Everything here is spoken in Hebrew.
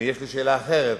יש לי שאלה אחרת.